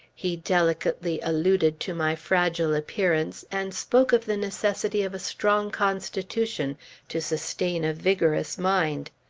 he delicately alluded to my fragile appearance, and spoke of the necessity of a strong constitution to sustain a vigorous mind.